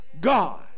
God